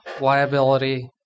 liability